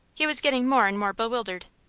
he was getting more and more bewildered.